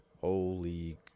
Holy